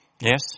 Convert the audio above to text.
Yes